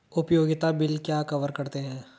उपयोगिता बिल क्या कवर करते हैं?